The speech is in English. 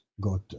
got